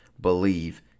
believe